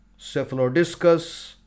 cephalodiscus